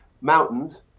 mountains